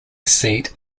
seat